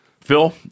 Phil